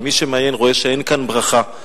אבל מי שמעיין רואה שאין כאן ברכה.